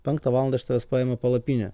penktą valandą iš tavęs paima palapinę